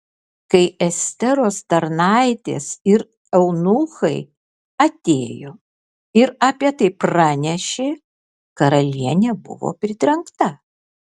kai esteros tarnaitės ir eunuchai atėjo ir apie tai pranešė karalienė buvo pritrenkta